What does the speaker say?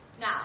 Now